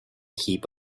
heap